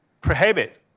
prohibit